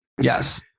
Yes